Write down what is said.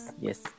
Yes